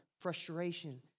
frustration